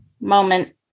moment